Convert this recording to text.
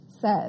says